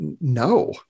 No